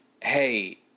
hey